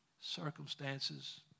circumstances